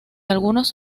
algunos